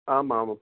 आम् आम्